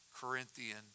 Corinthian